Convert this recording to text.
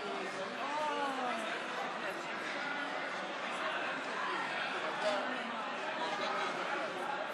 03:59 ונתחדשה בשעה 07:03.) חברי הכנסת,